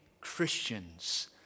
Christians